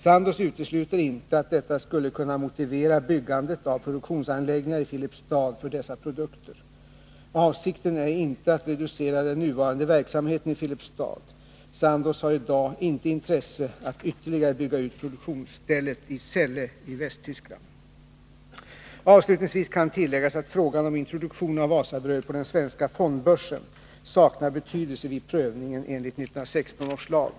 Sandoz utesluter inte att detta skulle kunna motivera byggandet av produktionsanläggningar i Filipstad för dessa produkter. Avsikten är inte att reducera den nuvarande verksamheten i Filipstad. Sandoz har i dag inte intresse av att ytterligare bygga ut produktionsstället i Celle i Västtyskland. Avslutningsvis kan tilläggas att frågan om introduktion av Wasabröd på den svenska fondbörsen saknar betydelse vid prövningen enligt 1916 års lag.